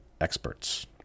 experts